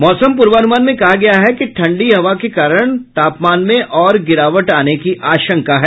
मौसम पूर्वानुमान में कहा गया है कि ठंडी हवा के कारण तापमान में और गिरावट आने की आशंका है